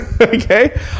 Okay